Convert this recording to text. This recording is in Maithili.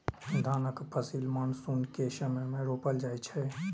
धानक फसिल मानसून के समय मे रोपल जाइ छै